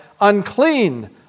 unclean